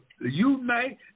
unite